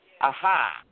Aha